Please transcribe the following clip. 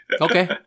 okay